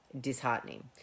disheartening